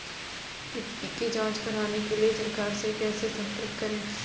मिट्टी की जांच कराने के लिए सरकार से कैसे संपर्क करें?